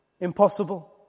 impossible